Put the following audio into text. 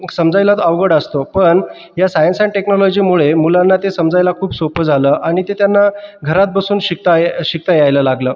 समजायलाच अवघड असतो पण या सायन्स अँड टेक्नॉलॉजीमुळे मुलांना ते समजायला खूप सोपं झालं आणि ते त्यांना घरात बसून शिकता ये शिकता यायला लागलं